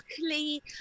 luckily